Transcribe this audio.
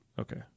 Okay